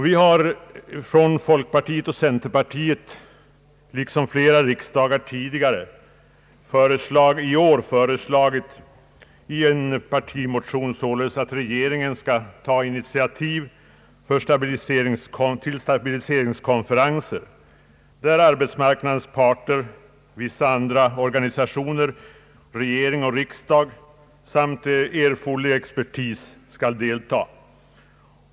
Vi har från folkpartiet och centerpartiet i år liksom flera gånger tidigare i en partimotion föreslagit, att regeringen skall ta initiativ till stabiliseringskonferenser, där representanter för arbetsmarknadens parter, vissa andra organisationer, regering och riksdag samt erforderlig expertis skall delta.